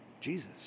Jesus